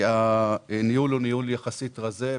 הניהול הוא ניהול יחסית רזה.